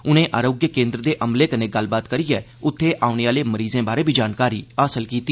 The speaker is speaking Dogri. उनें आरोग्य केन्द्र दे अमले कन्नै गल्लबात करियै उत्थे औने आह्ले मरीजें बारै बी जानकारी हासल कीती